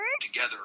together